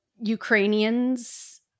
Ukrainians